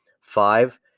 five